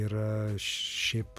yra šiaip